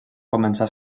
començar